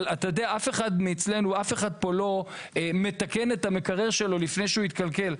אף אחד פה לא מתקן את המקרר שלו לפני שהוא התקלקל.